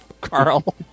Carl